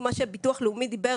מה שביטוח לאומי דיבר